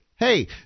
Hey